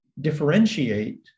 differentiate